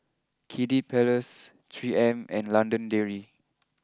Kiddy Palace three M and London Dairy